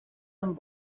amb